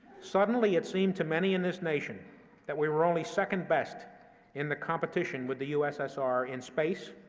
suddenly, it seemed to many in this nation that we were only second best in the competition with the ussr in space,